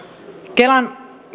kelan